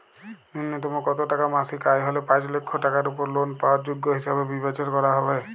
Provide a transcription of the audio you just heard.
ন্যুনতম কত টাকা মাসিক আয় হলে পাঁচ লক্ষ টাকার উপর লোন পাওয়ার যোগ্য হিসেবে বিচার করা হবে?